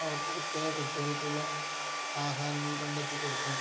അവർക്ക് പ്രത്യേകം കുട്ടികൾക്കുള്ള ആഹാരങ്ങൾ കണ്ടെത്തി കൊടുക്കണം